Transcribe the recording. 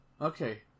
Okay